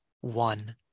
one